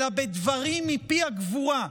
אלא בדברים מפי הגבורה,